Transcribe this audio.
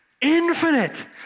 infinite